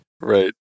right